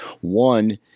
One